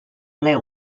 ple